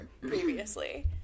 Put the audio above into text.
previously